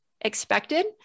expected